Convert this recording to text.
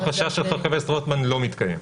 החשש של חבר הכנסת רוטמן לא מתקיים.